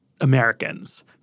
Americans